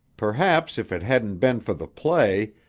perhaps if it hadn't been for the play,